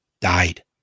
died